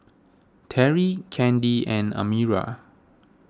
Terrie Kandi and Amira